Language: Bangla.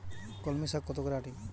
কলমি শাখ কত করে আঁটি?